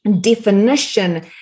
definition